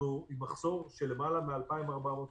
אנחנו עם מחסור של יותר מ-2,400 כיתות,